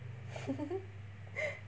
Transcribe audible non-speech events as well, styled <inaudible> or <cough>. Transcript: <laughs>